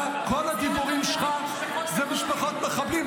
כל הדיבורים שלך זה "משפחות מחבלים".